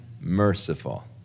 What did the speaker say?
merciful